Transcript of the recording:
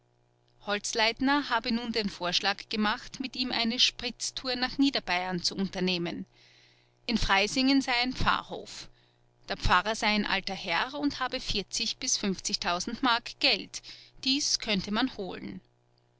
holzleitner habe nun den vorschlag gemacht mit ihm eine spritztour nach niederbayern zu unternehmen in freysingen sei ein pfarrhof der pfarrer sei ein alter herr und habe m geld dies könnte man holen